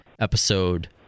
episode